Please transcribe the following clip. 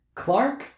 Clark